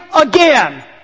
again